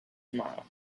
tomorrow